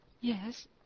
Yes